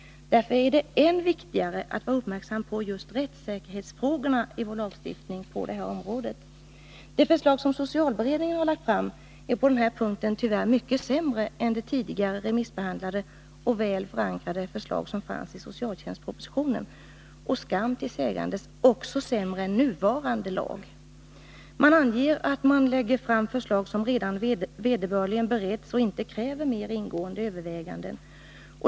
Därför är det än viktigare att vara uppmärksam på just rättssäkerhetsfrågorna i vår lagstiftning på detta område. Det förslag som socialberedningen har lagt fram är på denna punkt tyvärr mycket sämre än det tidigare remissbehandlade och väl förankrade förslag som fanns i socialtjänstpropositionen, och skam till sägandes också sämre än nuvarande lag. Man anger att man lägger fram förslag som redan vederbörligen beretts och som inte kräver mera ingående överväganden.